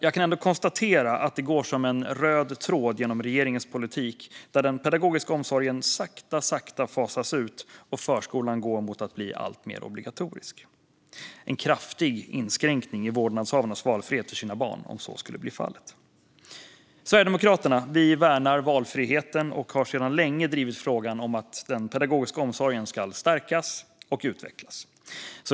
Jag kan ändå konstatera att det går som en röd tråd genom regeringens politik, där den pedagogiska omsorgen sakta, sakta fasas ut och förskolan går mot att bli alltmer obligatorisk. Om så skulle bli fallet är det en kraftig inskränkning i vårdnadshavarnas valfrihet för sina barn. Sverigedemokraterna värnar valfriheten och har sedan länge drivit frågan om att den pedagogiska omsorgen ska stärkas och utvecklas.